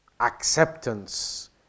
Acceptance